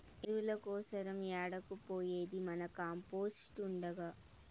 ఎరువుల కోసరం ఏడకు పోయేది మన కంపోస్ట్ ఉండగా